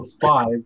five